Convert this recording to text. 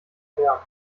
berg